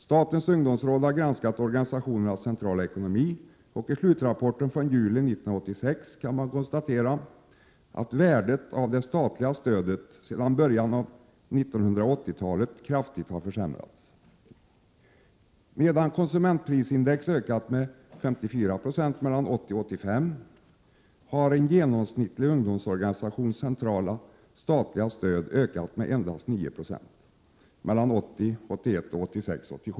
Statens ungdomsråd har granskat 6 maj 1988 ungdomsorganisationernas centrala ekonomi, och man konstaterar i slutrap Ungdomsfrågor porten från juli 1986 att värdet av det statliga stödet kraftigt har försämrats sedan början av 1980-talet. Medan konsumentprisindex har ökat med 54 96 mellan 1980 och 1985 har en genomsnittlig ungdomsorganisations centrala statliga stöd ökat med endast 9 96 mellan 1980 87.